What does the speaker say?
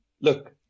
Look